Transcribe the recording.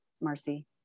Marcy